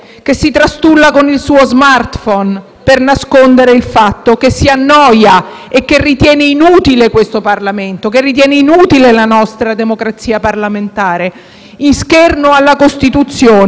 per nascondere il fatto che si annoia e che ritiene inutile questo Parlamento, che ritiene inutile la nostra democrazia parlamentare, in scherno alla Costituzione e a tutto quanto in essa